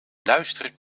luisteren